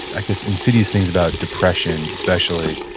i guess, insidious things about depression, especially,